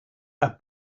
are